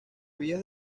vías